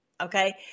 Okay